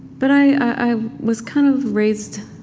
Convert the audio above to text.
but i was kind of raised,